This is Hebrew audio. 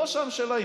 ראש הממשלה החליט,